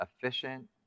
efficient